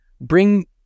bring